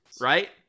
right